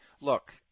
look